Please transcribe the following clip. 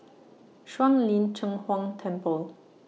Shuang Lin Cheng Huang Temple